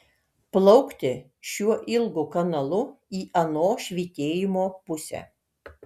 plaukti šiuo ilgu kanalu į ano švytėjimo pusę